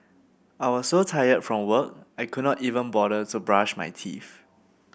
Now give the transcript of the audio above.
I was so tired from work I could not even bother to brush my teeth